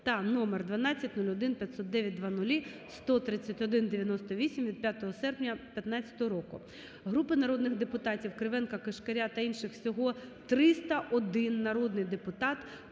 та № 1201509001003198 від 5 серпня 2015 року. Групи народних депутатів (Кривенка, Кишкаря та інших. Всього 301 народний депутат)